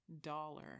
dollar